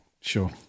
sure